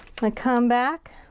gonna come back.